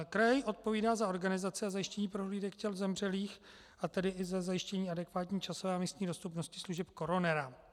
Kraj odpovídá za organizaci a zajištění prohlídek těl zemřelých, a tedy i za zajištění adekvátní časové a místní dostupnosti služeb koronera.